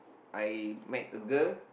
I met a girl